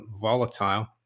volatile